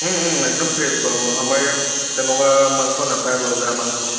একদম ফ্ৰেছ পাব আমাৰ ইয়াত তেনেকুৱা মাংস নাপাই বাৰু বেয়া মাংস